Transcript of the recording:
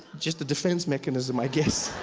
just a defense mechanism i guess.